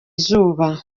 izuba